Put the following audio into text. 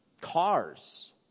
cars